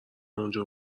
اونجا